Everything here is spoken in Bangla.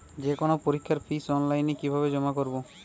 যে কোনো পরীক্ষার ফিস অনলাইনে কিভাবে জমা করব?